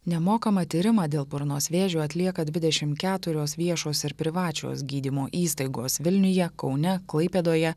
nemokamą tyrimą dėl burnos vėžio atlieka dvidešimt keturios viešos ir privačios gydymo įstaigos vilniuje kaune klaipėdoje